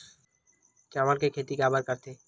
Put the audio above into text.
चावल के खेती काबर करथे?